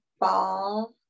ball